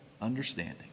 understanding